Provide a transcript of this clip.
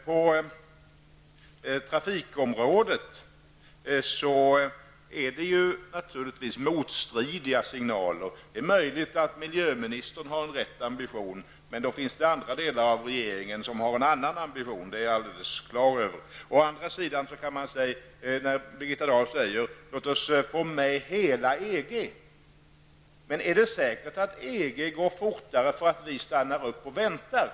På trafikområdet är det naturligtvis motstridiga signaler. Det är möjligt att miljöministern har den rätta ambitionen, men jag är helt på det klara med att andra i regeringen har en annan ambition. Birgitta Dahl säger vidare: Låt oss få med EG! Men är det säkert att man i EG går fortare fram därför att vi stannar upp och väntar?